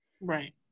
right